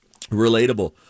relatable